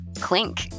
clink